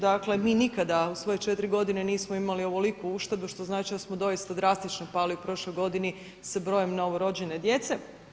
Dakle mi nikada u svoje četiri godine nismo imali ovoliku uštedu što znači da smo doista drastično pali u prošloj godini sa brojem novorođene djece.